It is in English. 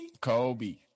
Kobe